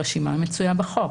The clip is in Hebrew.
הרשימה מצויה בחוק.